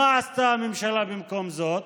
מה עשתה הממשלה במקום זאת?